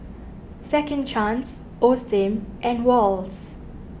Second Chance Osim and Wall's